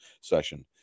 session